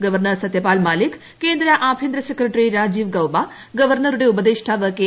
governor Satyapal Malik കേന്ദ്ര ആഭ്യന്തര secretary Rajiv Gauba ഗവർണറുടെ ഉപദേഷ്ടാവ് കെ